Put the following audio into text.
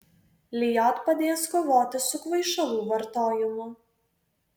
lijot padės kovoti su kvaišalų vartojimu